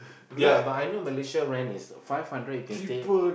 ya but I know Malaysia rent is five hundred you can stay